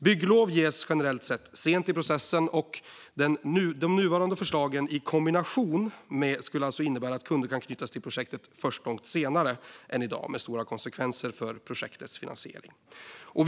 Bygglov ges generellt sett sent i processen, och de nuvarande förslagen i kombination skulle innebära att kunder kan knytas till projektet först långt senare än i dag, med stora konsekvenser för projektets finansiering som följd.